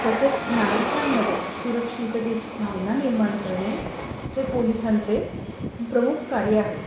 तसेच नागरिकांमध्ये सुरक्षिततेची भावना निर्माण करणे हे पोलिसांचे प्रमुख कार्य आहे